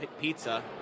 pizza